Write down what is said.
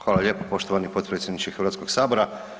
Hvala lijepa poštovani potpredsjedniče Hrvatskog sabora.